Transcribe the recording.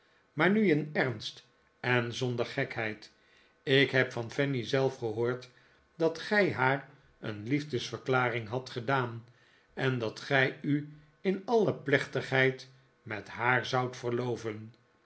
maar nu in ernst en zonder gekheid ik heb van fanny zelf gehoord dat gij haar een liefdesverklaring hadt gedaan en dat gij u in alle plechtigheid met haar zoudt